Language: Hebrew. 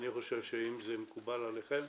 אם זה מקובל עליכם,